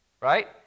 right